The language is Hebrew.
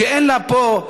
שאיננה פה,